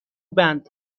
بند